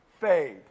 fade